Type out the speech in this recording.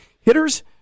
hitters